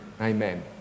Amen